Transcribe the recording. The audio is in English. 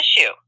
issue